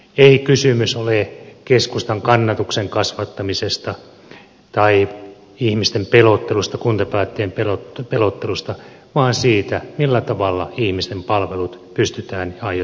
ei kysymys ole keskustan kannatuksen kasvattamisesta tai ihmisten pelottelusta kuntapäättäjien pelottelusta vaan siitä millä tavalla ihmisten palvelut pystytään järjestämään ja aiotaan järjestää